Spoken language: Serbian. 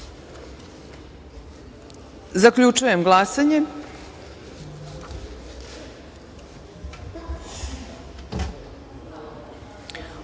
se. Zaključujem glasanje: